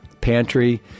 pantry